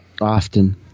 often